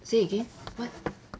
say again what